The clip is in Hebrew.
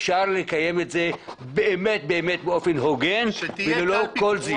אפשר לקיים את זה באמת באופן הוגן וללא כל זיוף.